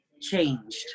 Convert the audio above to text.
changed